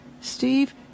Steve